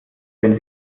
wenn